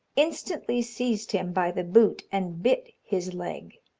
instantly seized him by the boot, and bit his leg.